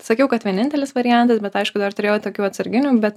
sakiau kad vienintelis variantas bet aišku dar turėjau tokių atsarginių bet